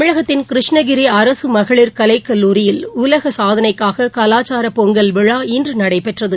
தமிழகத்தின் கிருஷ்ணகிரி அரசு மகளிர் கலைக்கல்லூரியில் உலக சாதனைக்காக கலாச்சார பொங்கல் விழா இன்று நடைபெற்றது